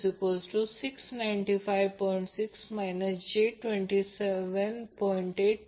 6 j278